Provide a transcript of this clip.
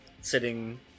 sitting